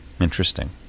Interesting